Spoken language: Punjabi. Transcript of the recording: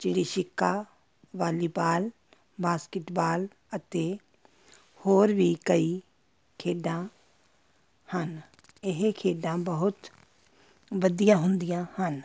ਚਿੜੀ ਛਿੱਕਾ ਵਾਲੀਬਾਲ ਬਾਸਕਿਟਬਾਲ ਅਤੇ ਹੋਰ ਵੀ ਕਈ ਖੇਡਾਂ ਹਨ ਇਹ ਖੇਡਾਂ ਬਹੁਤ ਵਧੀਆ ਹੁੰਦੀਆਂ ਹਨ